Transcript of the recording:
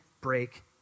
break